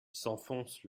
s’enfonce